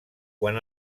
quan